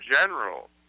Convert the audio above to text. general